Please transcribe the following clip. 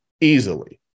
easily